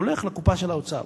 הוא הולך לקופה של האוצר,